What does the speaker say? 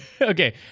okay